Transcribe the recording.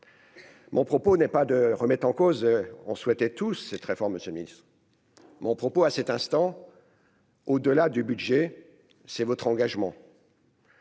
Mon propos n'est pas de remettre en cause, on souhaitait tous c'est très fort Monsieur le Ministre, mon propos à cet instant, au-delà du budget, c'est votre engagement.